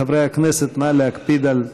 חברי הכנסת, נא להקפיד על הזמן.